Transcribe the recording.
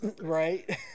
Right